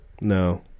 No